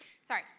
Sorry